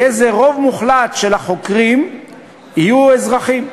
הרוב המוחלט של החוקרים יהיו אזרחים.